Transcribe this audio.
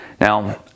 Now